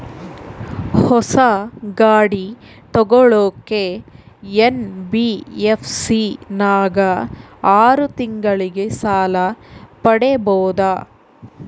ಹೊಸ ಗಾಡಿ ತೋಗೊಳಕ್ಕೆ ಎನ್.ಬಿ.ಎಫ್.ಸಿ ನಾಗ ಆರು ತಿಂಗಳಿಗೆ ಸಾಲ ಪಡೇಬೋದ?